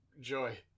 joy